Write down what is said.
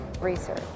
Research